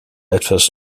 etwas